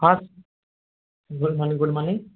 ହଁ good morning good morning